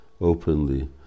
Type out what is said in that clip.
openly